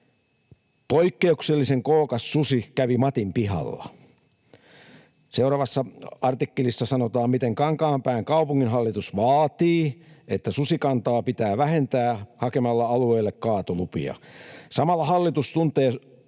”Poikkeuksellisen kookas susi kävi Matin pihalla.” Seuraavassa artikkelissa sanotaan, miten Kankaanpään kaupunginhallitus vaatii, että susikantaa pitää vähentää hakemalla alueelle kaatolupia. Samalla hallitus tuntee huolta